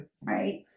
Right